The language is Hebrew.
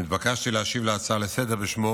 נתבקשתי להשיב על ההצעה לסדר-היום בשמו